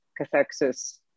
cathexis